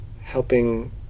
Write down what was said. helping